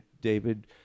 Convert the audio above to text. David